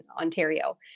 Ontario